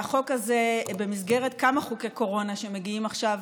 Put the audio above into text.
החוק הזה, במסגרת כמה חוקי קורונה שמגיעים עכשיו